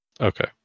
okay